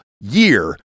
year